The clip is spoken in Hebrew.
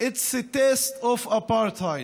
It's a taste of Apartheid,